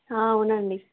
అవునండి